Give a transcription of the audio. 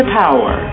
power